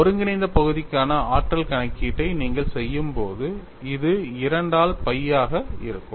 ஒருங்கிணைந்த பகுதிக்கான ஆற்றல் கணக்கீட்டை நீங்கள் செய்யும்போது இது 2 ஆல் pi ஆக இருக்கும்